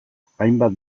hainbat